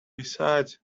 besides